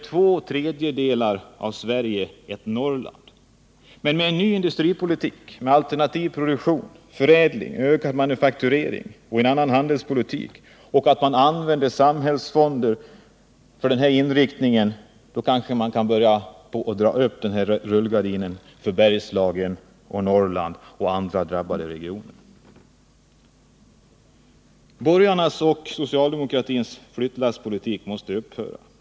Två tredjedelar av Sverige är ett Med en ny industripolitik, alternativ produktion, förädling, ökad manufakturering, en ny handelspolitik och användandet av samhällsfonder kan vi dra upp rullgardinen för Bergslagen och Norrland samt andra drabbade regioner. Borgarnas och socialdemokratins flyttlasspolitik måste upphöra.